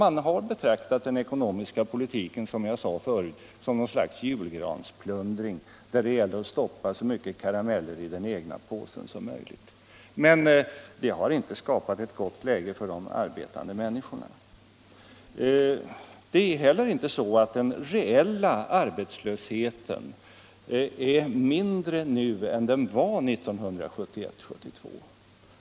Man har, som jag förut sade, betraktat den ekonomiska politiken som något slags julgransplundring där det gäller att stoppa så mycket karameller i den egna påsen som möjligt. Men det har inte skapat ett gott läge för de arbetande människorna. Det är inte heller så att den reella arbetslösheten är mindre nu än den var 1971-1972.